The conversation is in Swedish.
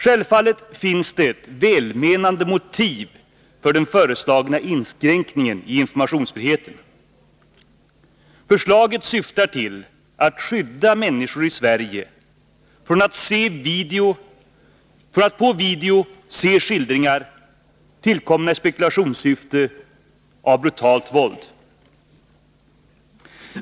Självfallet finns det välmenande motiv för den föreslagna inskränkningen av informationsfriheten. Förslaget syftar till att skydda människor i Sverige från att på video se skildringar, tillkomna i spekulationssyfte, av brutalt våld.